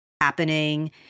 happening